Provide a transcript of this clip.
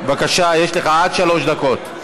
בבקשה, יש לך עד שלוש דקות.